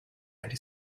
anti